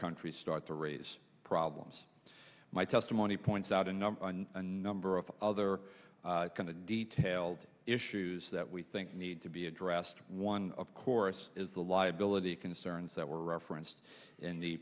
countries start to raise problems my testimony points out a number on a number of other kind of detail issues that we think need to be addressed one of course is the liability concerns that were referenced in the